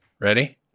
Ready